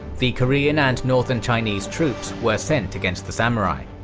the korean and northern chinese troops were sent against the samurai.